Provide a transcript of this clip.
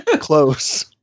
close